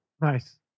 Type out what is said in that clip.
Nice